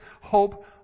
hope